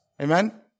Amen